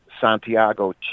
santiago